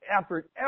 effort